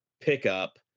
pickup